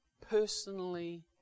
personally